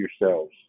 yourselves